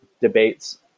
debates